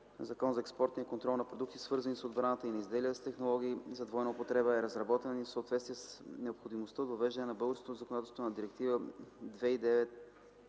Закон за експортния контрол на продукти, свързани с отбраната, и на изделия и технологии с двойна употреба е разработен в съответствие с необходимостта от въвеждане в българското законодателство на Директива